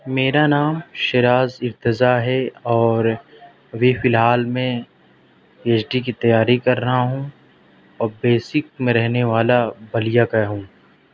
میرا نام شراز ارتضیٰ ہے اور ابھی فی الحال میں پی ایچ ڈی کی تیاری کر رہا ہوں اور بیسک میں رہنے والا بلیا کا ہوں